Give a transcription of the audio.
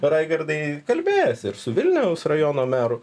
raigardai kalbėjęs ir su vilniaus rajono meru